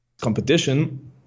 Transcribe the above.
competition